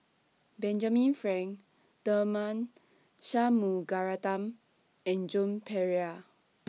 Benjamin Frank Tharman Shanmugaratnam and Joan Pereira